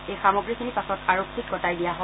এই সামগ্ৰীখিনি পাছত আৰক্ষীক গতাই দিয়া হয়